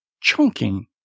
chunking